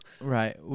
Right